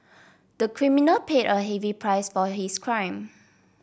the criminal paid a heavy price for his crime